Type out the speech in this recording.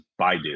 Baidu